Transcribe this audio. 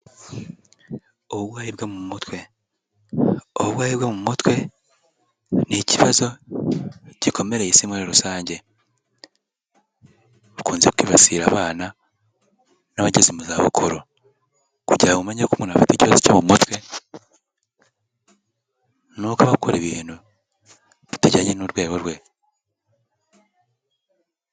Uburwayi bwo mu mutwe. Uburwayi bwo mu mutwe ni ikibazo gikomereye isi muri rusange, bukunze kwibasira abana n'abageze mu zabukuru. Kugira umenye ko umuntu afite ikibazo cyo mu mutwe, ni uko aba akora ibintu bitajyanye n'urwego rwe.